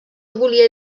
volia